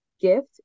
gift